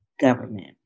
government